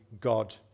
God